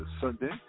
sunday